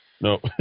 No